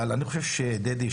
אבל אני חושב דדי,